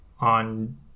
on